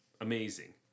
Amazing